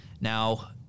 Now